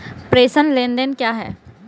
प्रेषण लेनदेन क्या है?